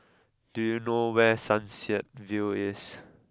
do you know where Sunset View is